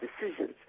decisions